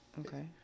Okay